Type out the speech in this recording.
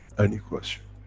any question?